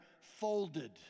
folded